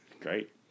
Great